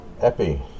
epi